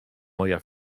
moja